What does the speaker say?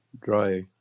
dry